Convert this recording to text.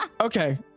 Okay